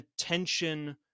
attention –